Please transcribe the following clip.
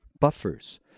buffers